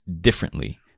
differently